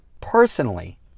personally